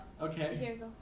okay